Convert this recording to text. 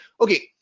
Okay